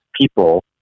people